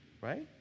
right